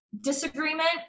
disagreement